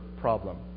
problem